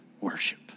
worship